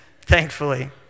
Thankfully